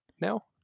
now